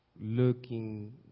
looking